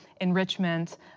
enrichment